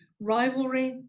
rivalry,